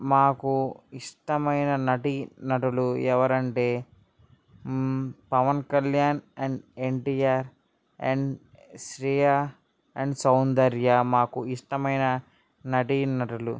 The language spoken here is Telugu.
మాకు ఇష్టమైన నటీ నటులు ఎవరంటే Pawan Kalyan and NTR and Shriya and Soundarya మాకు ఇష్టమైన నటీ నటులు